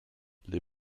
les